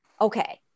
okay